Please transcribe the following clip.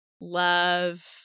Love